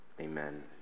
amen